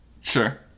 Sure